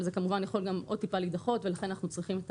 אבל זה כמובן יכול גם עוד טיפה להידחות ולכן אנחנו צריכים את